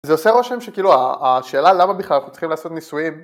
זה עושה רושם שכאילו, ה- השאלה למה בכלל אנחנו צריכים לעשות ניסויים